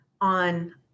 on